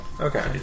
Okay